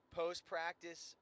post-practice